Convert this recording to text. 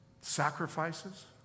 Sacrifices